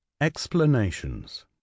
Explanations